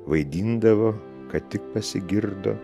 vaidindavo kad tik pasigirdo